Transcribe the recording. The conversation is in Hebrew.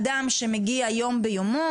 אדם שמגיע יום ביומו,